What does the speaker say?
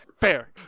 Fair